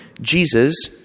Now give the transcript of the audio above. Jesus